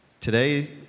today